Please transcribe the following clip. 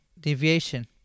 deviation